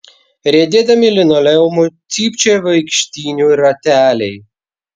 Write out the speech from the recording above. riedėdami linoleumu cypčioja vaikštynių rateliai